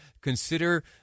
consider